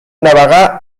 navegar